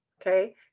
Okay